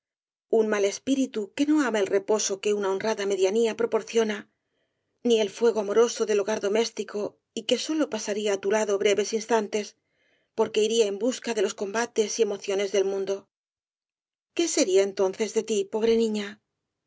un mal espíritu que no ama el reposo que una honrada medianía proporciona ni el fuego amoroso del hogar doméstico y que sólo pasaría á tu lado breves instantes porque iría en busca de los combates y emociones del mundo qué sería c rosalía de castro entonces de ti pobre niña